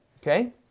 Okay